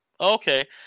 okay